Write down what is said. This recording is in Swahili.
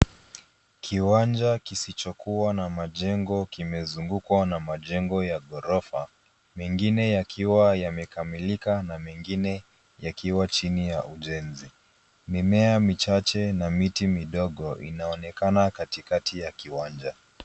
Kiwanja kisicho kuwa na majengo kimezungukwa na majengo ya ghorofa mengine yakiwa yamekamilika na mengine yakiwa chini ya ujenzi. Mimea michache na miti midogo inaonekana katikati ya kiwanja.